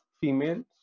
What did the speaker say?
females